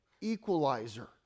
equalizer